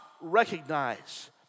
recognize